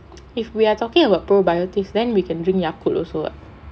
if we are talking about probiotics then we can drink Yakult also [what]